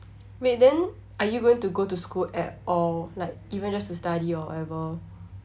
wait then are you going to go to school at all like even just to study or whatever